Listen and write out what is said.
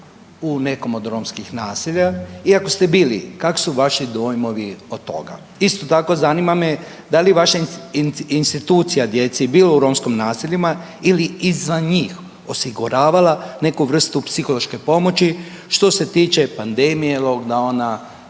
u nekom od romskih naselja i ako ste bili kakvi su vaši dojmovi od toga. Isto tako zanima me da li vaša institucija djeci bilo u romskim naseljima ili izvan njih osiguravala neku vrstu psihološke pomoći što se tiče pandemije, lockdowna,